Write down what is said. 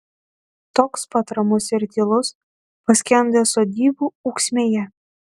toks pat ramus ir tylus paskendęs sodybų ūksmėje